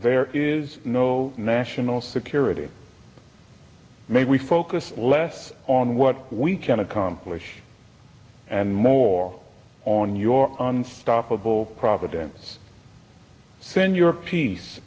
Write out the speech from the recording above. there is no national security may we focus less on what we can accomplish and more on your unstoppable providence send your peace